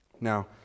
Now